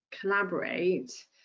Collaborate